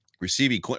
receiving